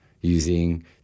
using